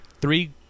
three